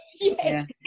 Yes